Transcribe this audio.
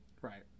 Right